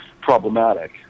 problematic